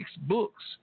books